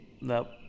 nope